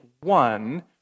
one